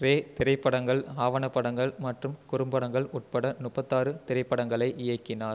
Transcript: ரே திரைப்படங்கள் ஆவணப்படங்கள் மற்றும் குறும்படங்கள் உட்பட முப்பத்தாறு திரைப்படங்களை இயக்கினார்